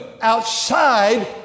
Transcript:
outside